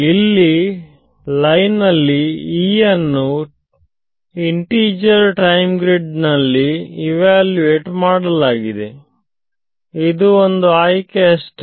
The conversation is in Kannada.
ಇಲ್ಲಿ ಲೈನ್ನಲ್ಲಿ E ಅನ್ನು ಟೀಚರ್ ಟೈಮ್ ಗ್ರಿಡ್ ನಲ್ಲಿ ಇವ್ಯಾಲ್ಯೂಯೇಟ್ ಮಾಡಲಾಗಿದೆ ಇದು ಒಂದು ಆಯ್ಕೆ ಅಷ್ಟೇ